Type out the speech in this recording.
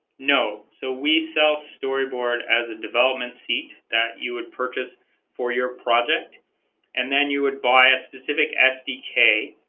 no so we self storyboard as a development seat that you would purchase for your project and then you would buy a specific sdk